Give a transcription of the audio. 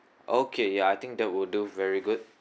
okay ya I think that will do very good